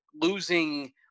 losing